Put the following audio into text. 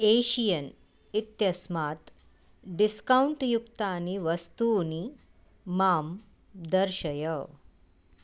Asian इत्यस्मात् discount युक्तानि वस्तूनि मां दर्शय